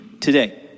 today